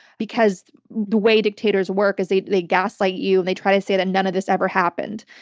because the way dictators work is, they they gaslight you and they try to say that none of this ever happened.